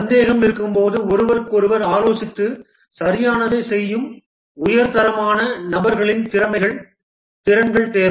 சந்தேகம் இருக்கும்போது ஒருவருக்கொருவர் ஆலோசித்து சரியானதைச் செய்யும் உயர் தரமான நபர்களின் திறன்கள் தேவை